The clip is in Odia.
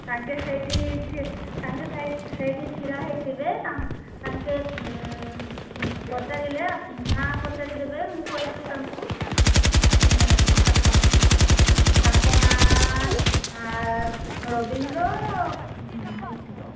ତାଙ୍କେ ସେଇଠି ତାଙ୍କେ ସେଇଠି ଛିଡ଼ା ହେଇଥିବେ ତା ତାଙ୍କେ ପଚାରିଲେ ଆ ନା ପଚାରି ଦେବେ ମୁଁ କହିଦେବି ତାଙ୍କୁ ତାଙ୍କ ନାଁ ରବିନ୍ଦ୍ର ହେଇଥିବ